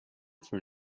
for